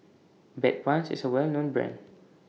Bedpans IS A Well known Brand